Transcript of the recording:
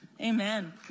Amen